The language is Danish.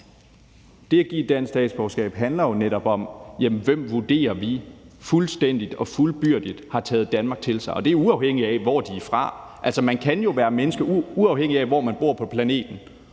Det at give et dansk statsborgerskab handler jo netop at sige: Hvem vurderer vi har taget Danmark til sig fuldstændigt og fuldkomment? Og det er, uafhængigt afhvor de er fra. Altså, man kan jo være menneske, uafhængigt af hvor man bor på planeten,